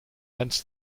lens